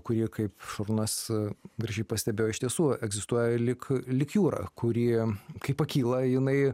kurį kaip šarūnas gražiai pastebėjo iš tiesų egzistuoja lyg lyg jūra kuri kai pakyla jinai